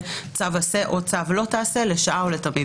צו עשה או לא תעשה לשעה או לתמיד.